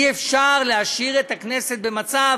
אי-אפשר להשאיר את הכנסת במצב